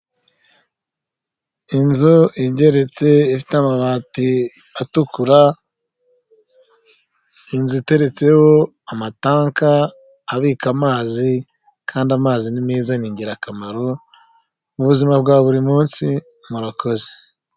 Inzu ingeretse ifite amabati atukura, inzu iteretseho amatanka abika amazi kandi amazi ni meza, ni ingirakamaro mu buzima bwa buri munsi, murakoze.